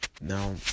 Now